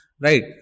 right